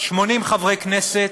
80 חברי כנסת,